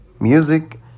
Music